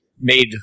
made